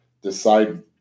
decide